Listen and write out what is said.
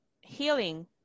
healing